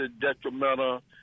detrimental